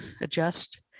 Adjust